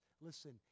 Listen